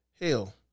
hell